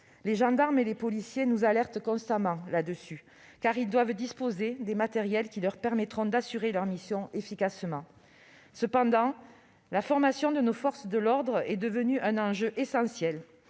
Les gendarmes et les policiers nous alertent constamment là-dessus : ils doivent disposer des matériels qui leur permettront d'assurer leur mission efficacement. La formation de nos forces de l'ordre est devenue un enjeu essentiel,